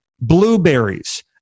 blueberries